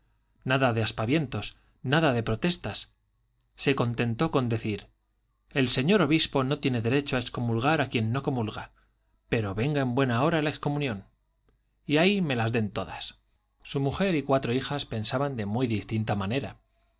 nada de aspavientos nada de protestas se contentó con decir el señor obispo no tiene derecho de excomulgar a quien no comulga pero venga en buen hora la excomunión y ahí me las den todas su mujer y cuatro hijas pensaban de muy distinta manera